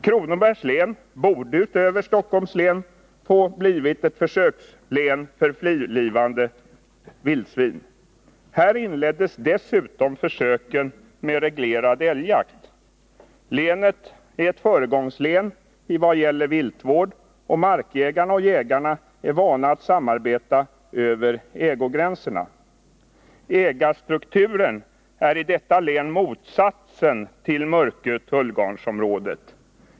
Kronorbergs län borde utöver Stockholms län få bli ett försökslän för frilevande vildsvin. Här inleddes dessutom försöken med reglerad älgjakt. Länet är ett föregångslän vad gäller viltvård, och markägarna och jägarna är vana att samarbeta över ägogränserna. Ägarstrukturen är i detta län motsatsen till vad som förekommer i Mörkö-Tullgarnsområdet.